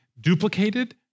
duplicated